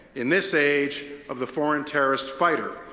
in this age of the foreign terrorist fighter,